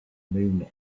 moon